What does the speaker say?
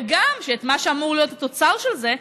וגם את מה שאמור להיות תוצר של זה,